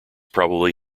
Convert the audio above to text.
probably